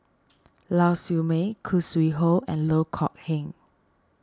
Lau Siew Mei Khoo Sui Hoe and Loh Kok Heng